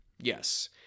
Yes